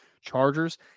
chargers